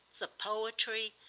the poetry,